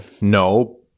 no